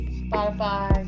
spotify